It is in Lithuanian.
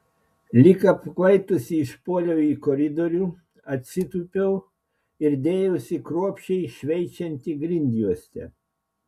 lyg apkvaitusi išpuoliau į koridorių atsitūpiau ir dėjausi kruopščiai šveičianti grindjuostę